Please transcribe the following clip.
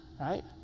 Right